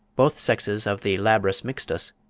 both sexes of the labrus mixtus,